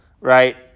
right